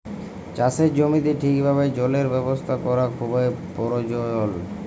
চাষের জমিতে ঠিকভাবে জলের ব্যবস্থা ক্যরা খুবই পরয়োজল